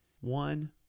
One